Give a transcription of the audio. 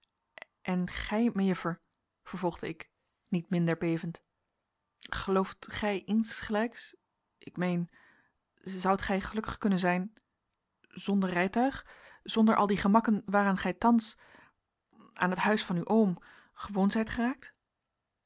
en gij mejuffer vervolgde ik niet minder bevend gelooft gij insgelijks ik meen zoudt gij gelukkig kunnen zijn zonder rijtuig zonder al die gemakken waaraan gij thans aan het huis van uw oom gewoon zijt geraakt